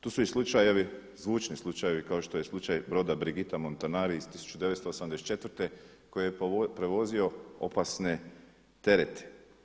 Tu su i slučajevi, zvučni slučajevi kao što je slučaj broda Brigita Montanari iz 1984. koji je prevozio opasne terete.